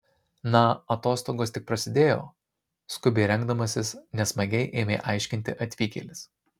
na atostogos tik prasidėjo skubiai rengdamasis nesmagiai ėmė aiškinti atvykėlis